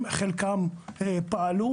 הם חלקם פעלו.